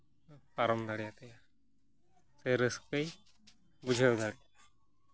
ᱯᱟᱨᱚᱢ ᱫᱟᱲᱮᱭᱟᱛᱟᱭᱟ ᱥᱮ ᱨᱟᱹᱥᱠᱟᱹᱭ ᱵᱩᱡᱷᱟᱹᱣ ᱫᱟᱲᱮᱭᱟᱜᱼᱟ